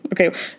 Okay